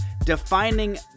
Defining